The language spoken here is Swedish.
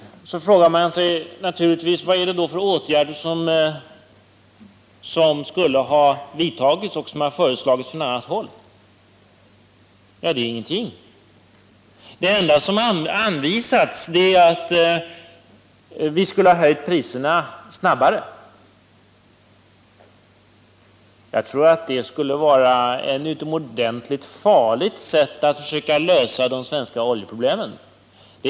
Jag frågar då: Vilka åtgärder skulle ha vidtagits och vilka har föreslagits från annat håll? Inga. Det enda som anvisats är att vi skulle ha höjt priserna snabbare. Jag tror att det skulle vara ett utomordentligt farligt sätt att försöka lösa de svenska oljeproblemen på.